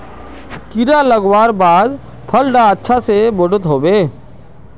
कीड़ा लगवार बाद फल डा अच्छा से बोठो होबे?